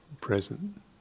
present